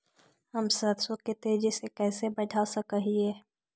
हम सरसों के तेजी से कैसे बढ़ा सक हिय?